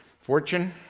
fortune